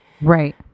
Right